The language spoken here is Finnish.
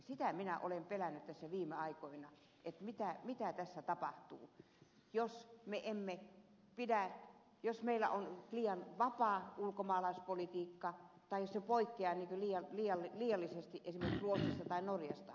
sitä minä olen pelännyt tässä viime aikoina mitä tapahtuu jos meillä on liian vapaa ulkomaalaispolitiikka tai jos se poikkeaa liiallisesti esimerkiksi ruotsista tai norjasta